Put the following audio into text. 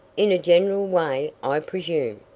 in a general way, i presume.